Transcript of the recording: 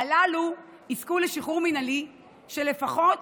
הללו יזכו לשחרור מינהלי של פחות